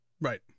Right